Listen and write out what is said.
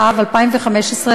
התשע"ו 2015,